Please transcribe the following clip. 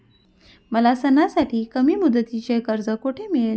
मला सणासाठी कमी मुदतीचे कर्ज कोठे मिळेल?